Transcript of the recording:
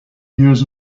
years